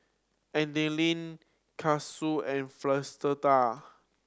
Adaline Kasey and